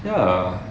yeah